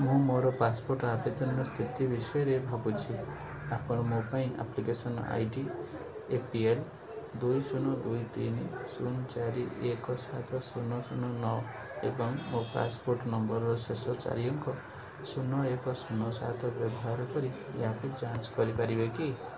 ମୁଁ ମୋର ପାସପୋର୍ଟ ଆବେଦନର ସ୍ଥିତି ବିଷୟରେ ଭାବୁଛି ଆପଣ ମୋ ପାଇଁ application I D A P L ଦୁଇ ଶୂନ ଦୁଇ ତିନି ଶୂନ ଚାରି ଏକ ସାତ ଶୂନ ଶୂନ ନଅ ଏବଂ ମୋ ପାସପୋର୍ଟ ନମ୍ବରର ଶେଷ ଚାରି ଅଙ୍କ ଶୂନ ଏକ ଶୂନ ସାତ ବ୍ୟବହାର କରି ଏହାକୁ ଯାଞ୍ଚ କରିପାରିବେ କି